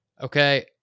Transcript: Okay